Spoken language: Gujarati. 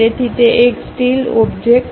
તેથી તે એક સ્ટીલ ઓબ્જેક્ટ છે